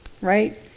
right